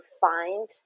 find